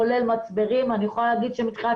כולל מצברים ואני יכולה לומר שמתחילת